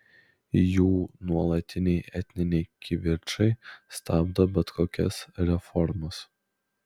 jų nuolatiniai etniniai kivirčai stabdo bet kokias reformas